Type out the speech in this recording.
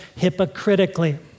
hypocritically